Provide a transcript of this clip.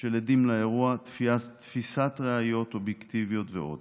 של עדים לאירוע, תפיסת ראיות אובייקטיביות ועוד.